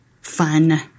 fun